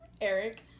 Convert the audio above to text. eric